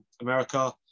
America